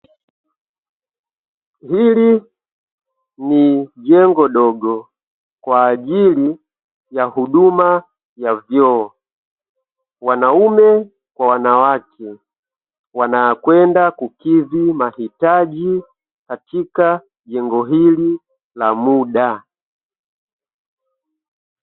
Hili ni jengo dogo kwa ajili ya huduma ya vyoo. Wanaume kwa wanawake wanakwenda kukidhi mahitaji, katika jengo hili la muda.